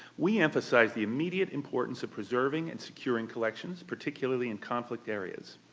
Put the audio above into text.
we emphasize the immediate importance of preserving and securing collections particularly in conflict areas.